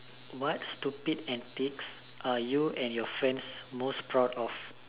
what stupid antics you and your friend are most proud of